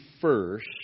first